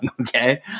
okay